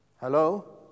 Hello